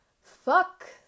fuck